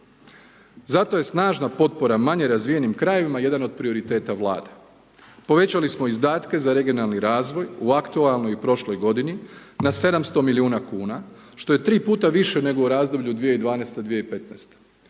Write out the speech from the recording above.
Zato je snažna potpora manje razvijenim krajevima jedan od prioriteta Vlade. Povećali smo izdatke za regionalni razvoj u aktualnoj i prošloj godini na 700 milijuna kuna što je 3x više nego u razdoblju 2012./23015.